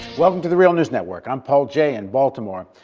welcome to the real news network. i'm paul jay in baltimore.